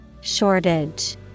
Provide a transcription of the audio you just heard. Shortage